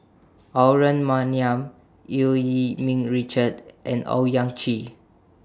Aaron Maniam EU Yee Ming Richard and Owyang Chi